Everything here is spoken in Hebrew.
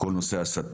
כל נושא ההסתה,